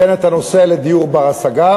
שאין את הנושא של דיור בר-השגה,